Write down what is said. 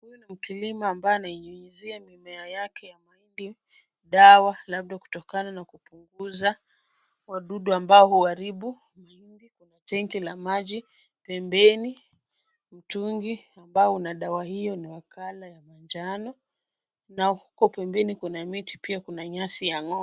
Huyu ni mkulima ambaye anainyunyizia mimea yake ya mahindi dawa labda kutokana na kupunguza wadudu ambao huaribu. Tenki la maji pembeni. Mtungi ambao una dawa hio ni wa colour ya manjano na huko pembeni kuna miti pia kuna nyasi ya ng'ombe.